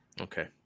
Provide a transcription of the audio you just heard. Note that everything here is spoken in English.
Okay